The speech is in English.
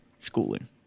schooling